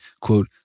quote